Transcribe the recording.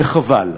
וחבל.